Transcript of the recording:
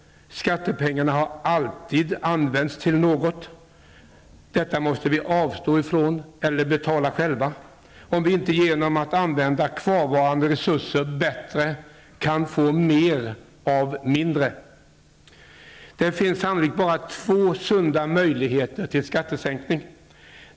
Skattepengarna har alltid använts till något. Detta måste vi avstå från eller betala själva, om vi inte genom att använda kvarvarande resurser bättre kan få ut mer av mindre. Det finns sannolikt bara två sunda möjligheter till skattesänkningar.